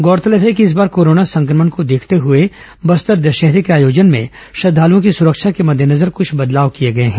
गौरतलब है कि इस बार कोरोना संक्रमण को देखते हुए बस्तर दशहरे के आयोजन में श्रद्वालुओं की सुरक्षा के मदेनजर कुछ बदलाव किए गए हैं